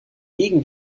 gegen